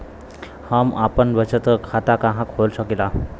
हम आपन बचत खाता कहा खोल सकीला?